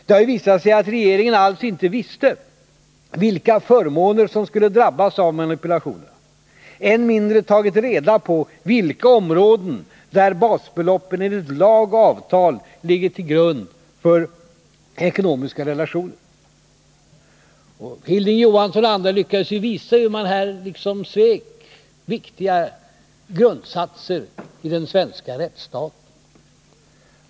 Det har ju visat sig att regeringen alls inte visste vilka förmåner som skulle drabbas av manipulationerna, än mindre tagit reda på vilka områden där basbeloppen enligt lag och avtal ligger till grund för ekonomiska relationer. Hilding Johansson och andra lyckades ju visa hur man här liksom svek viktiga grundsatser i den svenska rättsstaten.